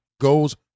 Goes